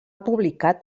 publicat